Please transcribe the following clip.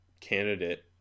candidate